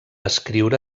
escriure